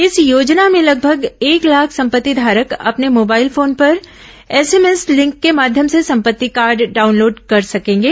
इस योजना में लगभग एक लाख संपत्ति धारक अपने मोबाइल फोन पर एस एम एस लिंक के माध्य्यम से संपत्ति कार्ड डाउनलोड कर सकेंगे